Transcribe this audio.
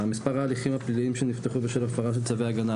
"מספר ההליכים הפליליים שנפתחו בשל הפרת צווי הגנה",